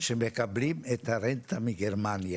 שמקבלים את הרנטה ישירות מגרמניה.